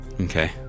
Okay